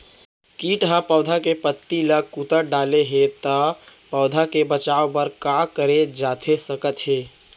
किट ह पौधा के पत्ती का कुतर डाले हे ता पौधा के बचाओ बर का करे जाथे सकत हे?